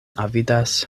avidas